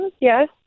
Yes